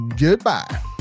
goodbye